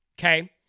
okay